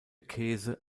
käse